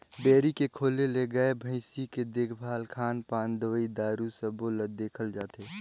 dairy के खोले ले गाय, भइसी के देखभाल, खान पान, दवई दारू सबो ल देखल जाथे